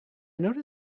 noticed